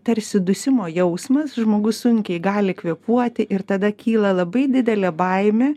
tarsi dusimo jausmas žmogus sunkiai gali kvėpuoti ir tada kyla labai didelė baimė